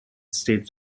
states